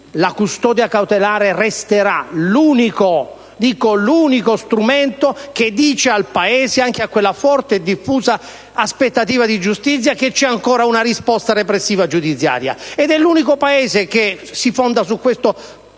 la custodia cautelare resterà l'unico strumento che dice al Paese, anche a quella forte e diffusa aspettativa di giustizia, che c'è ancora una risposta repressiva giudiziaria. È l'unico Paese, il nostro,